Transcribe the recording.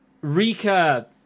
rika